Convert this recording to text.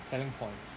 selling point